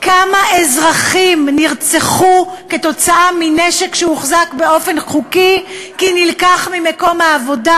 כמה אזרחים נרצחו בנשק שהוחזק באופן חוקי כי נלקח ממקום העבודה,